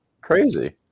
Crazy